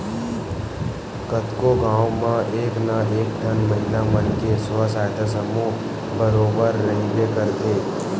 कतको गाँव म एक ना एक ठन महिला मन के स्व सहायता समूह बरोबर रहिबे करथे